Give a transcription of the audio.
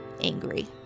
angry